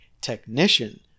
technician